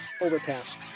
Overcast